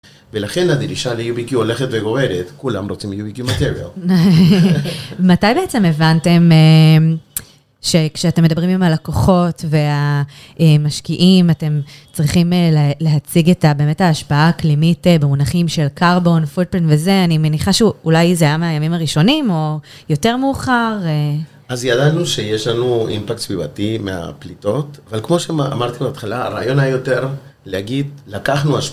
ולכן הדרישה לUBQ הולכת וגוברת, כולם רוצים UBQ material. מתי בעצם הבנתם שכשאתם מדברים עם הלקוחות והמשקיעים, אתם צריכים להציג את הבאמת, ההשפעה האקלימית במונחים שלcarbon footprint וזה, אני מניחה שאולי זה היה מהימים הראשונים או יותר מאוחר? אז ידענו שיש לנו אימפקט סביבתי מהפליטות, אבל כמו שאמרתי בהתחלה, הרעיון היה יותר להגיד, לקחנו הש...